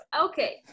okay